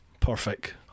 Perfect